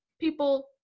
people